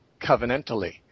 covenantally